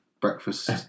breakfast